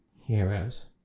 Heroes